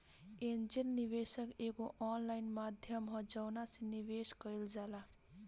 angel निवेशक एगो online माध्यम ह जवना से निवेश कईल जाला